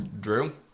Drew